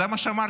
זה מה שאמרתי.